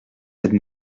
cette